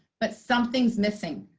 but something's missing.